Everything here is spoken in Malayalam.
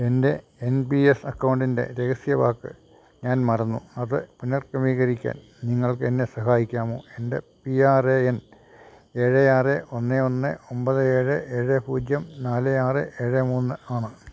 എൻ്റെ എൻ പി എസ് അക്കൗണ്ടിൻ്റെ രഹസ്യവാക്ക് ഞാൻ മറന്നു അത് പുനർക്രമീകരിക്കാൻ നിങ്ങൾക്കെന്നെ സഹായിക്കാമോ എൻ്റെ പി ആർ എ എൻ ഏഴ് ആറ് ഒന്ന് ഒന്ന് ഒമ്പത് ഏഴ് ഏഴ് പൂജ്യം നാല് ആറ് ഏഴ് മൂന്ന് ആണ്